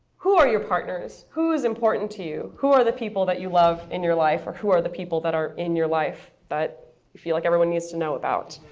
who are your partners? who's important to you? who are the people that you love in your life, or who are the people that are in your life that you feel like everyone needs to know about?